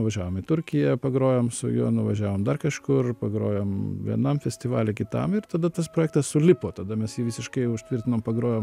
nuvažiavom į turkiją pagrojom su juo nuvažiavom dar kažkur pagrojom vienam festivaly kitam ir tada tas projektas sulipo tada mes jį visiškai užtvirtinom pagrojom